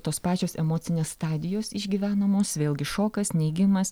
tos pačios emocinės stadijos išgyvenamos vėlgi šokas neigimas